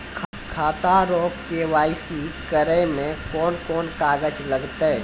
खाता रो के.वाइ.सी करै मे कोन कोन कागज लागतै?